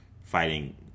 fighting